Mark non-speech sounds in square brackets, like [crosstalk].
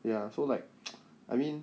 ya so like [noise] I mean